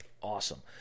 Awesome